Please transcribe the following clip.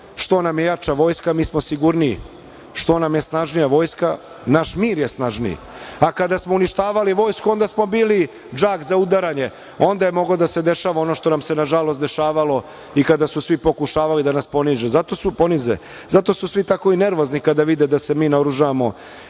Što nam je jača vojska, mi smo sigurniji. Što nam je snažnija vojska, naš mir je snažniji. Kada smo uništavali vojsku, onda smo bili džak za udaranje. Onda je moglo da se dešava ono što nam se, nažalost dešavalo i kada su svi pokušavali da nas ponize. Zato su svi tako i nervozni kada vide da se mi naoružavamo